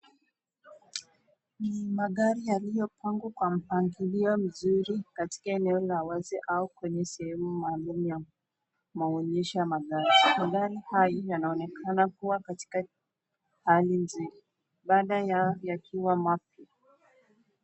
Ni magari yaliyopangwa kwa mipangilio mzuri katika eneo la wazi au kwenye sehemu maalumu ya maonyesho ya magari. Magari haya yanaonekana kuwa katika Hali mzuri baadhi Yao yakiwa mapya.